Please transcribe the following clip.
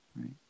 right